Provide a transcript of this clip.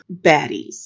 baddies